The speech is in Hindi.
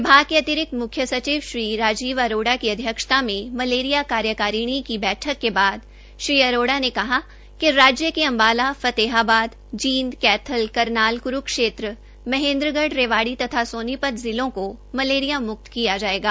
विभाग के अतिरिक्त मुख्य सचिव श्री राजीव अरोड़ा की अध्यक्षता में मलेरिया कार्यकारिणी की बैठक के बाद श्री अरोड़ा ने कहा कि राज्य के अम्बाला फतेहाबाद जीन्द कैथल करनाल क्रूक्षेत्र महेन्द्रगढ़ रेवाड़ी तथा सोनीपत जिलों को मलेरिया म्क्त किया जाएगा